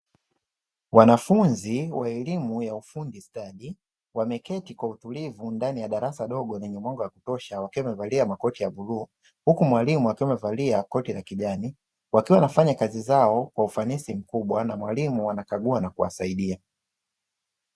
Wanafunzi wa elimu ya ufundi stadi, wameketi kwa utulivu ndani ya darasa dogo lenye mwanga wa kutosha, wakiwa wamevalia makoti ya bluu huku mwalimu akiwa amevalia koti ka kijani wakiwa wanafanya kazi zao kwa ufanisi mkubwa na mwalimu anakagua na kuwasaidia.